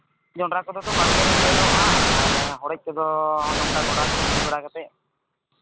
ᱡᱚᱸᱰᱨᱟ ᱠᱚᱫᱚ ᱛᱚ ᱵᱟᱲᱜᱮ ᱮᱨᱚᱜᱼᱟ ᱟᱨ ᱦᱚᱲᱮᱡ ᱠᱚᱫᱚ ᱱᱚᱝᱠᱟ ᱜᱚᱰᱟ ᱠᱚᱨᱮ ᱥᱤ ᱵᱟᱲᱟ ᱠᱟᱛᱮᱫ